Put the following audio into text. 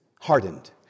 hardened